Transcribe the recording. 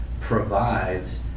provides